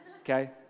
Okay